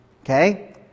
Okay